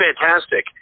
fantastic